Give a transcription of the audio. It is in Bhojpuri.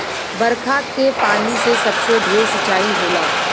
बरखा के पानी से सबसे ढेर सिंचाई होला